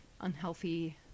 unhealthy